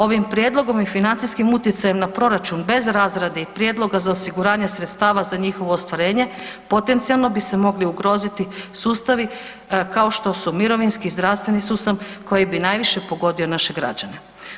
Ovim prijedlogom i financijskim utjecajem na proračun bez razrade prijedloga za osiguranje sredstava za njihovo ostvarenje potencijalno bi se mogli ugroziti sustavi kao što su mirovinski, zdravstveni sustav koji bi najviše pogodio naše građane.